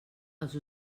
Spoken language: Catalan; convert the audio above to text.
els